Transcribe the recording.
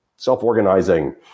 Self-organizing